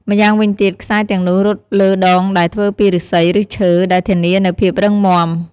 ម្យ៉ាងវិញទៀត ខ្សែទាំងនោះរត់លើដងដែលធ្វើពីឫស្សី ឬឈើ ដែលធានានូវភាពរឹងមាំ។